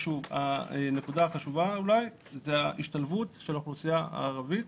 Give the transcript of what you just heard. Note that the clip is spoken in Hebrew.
הנקודה החשובה היא ההשתלבות של האוכלוסייה הערבית